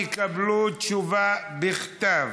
יקבלו תשובה בכתב.